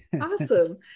Awesome